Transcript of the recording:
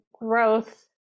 growth